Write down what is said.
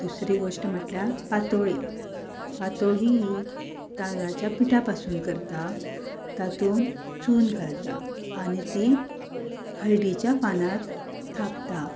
दुसरी गोश्ट म्हटल्यार पातोळी पातोळी ही तांदळाच्या पिठा पासून करता तातूंत चून घालता आनी ती हळदीच्या पानार थापता